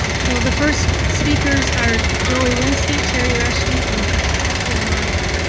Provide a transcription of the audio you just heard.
so, the first speakers are joey walenskey, terry rushkey, and catherine myer.